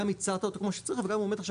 גם ייצרת אותו כמו שצריך וגם הוא עומד עכשיו